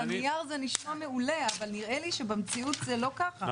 הנייר זה נשמע מעולה אבל נראה לי שבמציאות זה לא ככה.